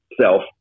self